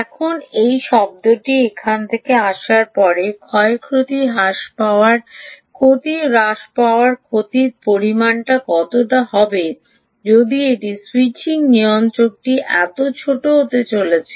এখন এই শব্দটি এখান থেকে আসার পরে ক্ষয়ক্ষতি হ্রাস পাওয়ার ক্ষতি হ্রাস পাওয়ার ক্ষতির পরিমাণ কতটা হবে যদি এটি স্যুইচিং নিয়ন্ত্রকটি এত ছোট হতে চলেছে